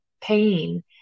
pain